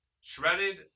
Shredded